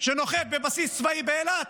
שנוחת בבסיס צבאי באילת,